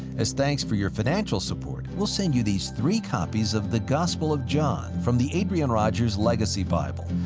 as thanks for your financial support, we'll send you these three copies of, the gospel of john, from the adrian rogers legacy bible.